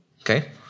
Okay